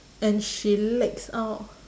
and she leaks out